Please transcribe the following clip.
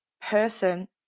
person